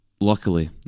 Luckily